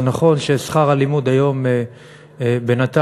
זה נכון ששכר הלימוד היום, בינתיים,